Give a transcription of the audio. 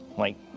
like,